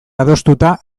adostuta